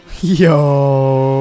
Yo